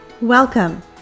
Welcome